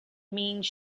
means